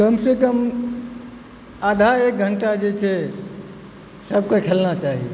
कमसँ कम आधा एक घण्टा जे छै सबकेँ खेलना चाही